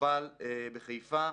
רכבל בחיפה,